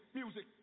music